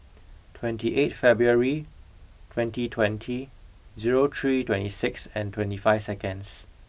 twenty eighth February twenty twenty zero three twenty six and twenty five seconds